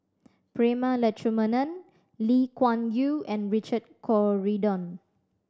Prema Letchumanan Lee Kuan Yew and Richard Corridon